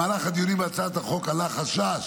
במהלך הדיונים בהצעת החוק עלה חשש